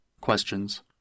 questions